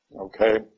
Okay